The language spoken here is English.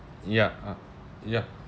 ya ya